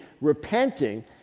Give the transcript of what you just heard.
repenting